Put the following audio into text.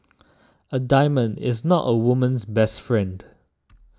a diamond is not a woman's best friend